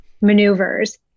maneuvers